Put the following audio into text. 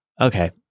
Okay